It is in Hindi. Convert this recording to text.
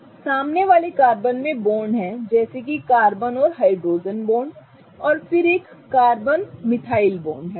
ठीक है इसलिए सामने वाले कार्बन में बॉन्ड हैं जैसे कि कार्बन और हाइड्रोजन बॉन्ड और फिर एक कार्बन मिथाइल बॉन्ड है